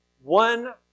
One